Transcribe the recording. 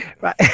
Right